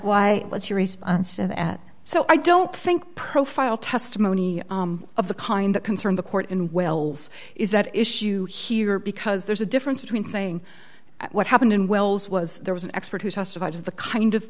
why what's your response to that so i don't think profile testimony of the kind that concern the court in wells is at issue here because there's a difference between saying what happened in wells was there was an expert who testified to the kind of